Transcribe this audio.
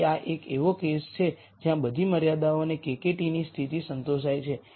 તેથી આ એક એવો કેસ છે જ્યાં બધી મર્યાદાઓ અને KKT ની સ્થિતિ સંતોષાય છે